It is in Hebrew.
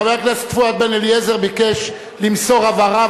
חבר הכנסת פואד בן-אליעזר ביקש למסור הבהרה,